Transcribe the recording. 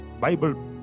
bible